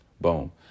Boom